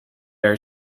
are